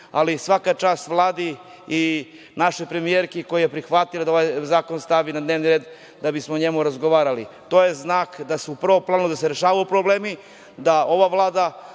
ali svaka čast Vladi i našoj premijerki koja je prihvatila da ovaj zakon stavi na dnevni red da bismo o njemu razgovarali. To je znak da se rešavaju problemi, da ova Vlada